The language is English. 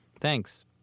Thanks